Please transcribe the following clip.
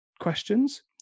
questions